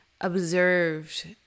observed